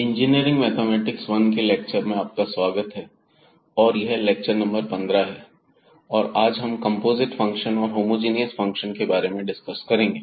engineering mathematics I के lecture में आपका स्वागत है और यह लेक्चर नंबर 15 है और आज हम कंपोजिट फंक्शन और होमोजीनियस फंक्शंस के बारे में डिस्कस करेंगे